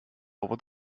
over